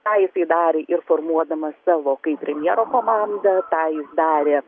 tą jisai darė ir formuodamas savo kaip premjero komandą tą jis darė